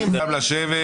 נכון, נכון.